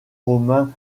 romain